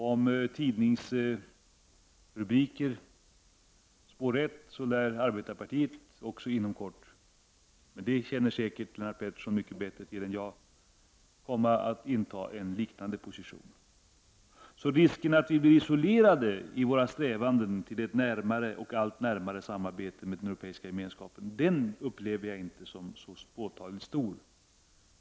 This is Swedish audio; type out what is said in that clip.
Om tidningsrubriker spår rätt, lär arbetarpartiet också inom kort — men det känner säkert Lennart Pettersson mycket bättre till än jag — komma att inta en liknande position. Så risken att vi blir isolerade i våra strävanden till ett allt närmare samarbete med den Europeiska gemenskapen upplever jag inte som så påtagligt stor.